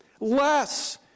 Less